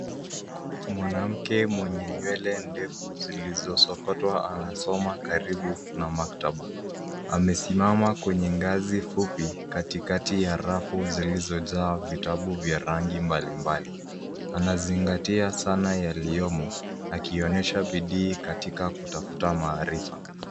Mwanamke mwenye nywele ndefu zilizosokotwa, anasoma karibu na maktaba. Amesimama kwenye gazi fupi katikati ya rafu zilizojaa vitabu vya rangi mbalimbali. Anazingatia sana yaliyomo, akionyesha bidii katika kutafuta maarifa.